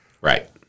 Right